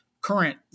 current